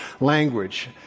language